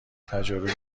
تجاربی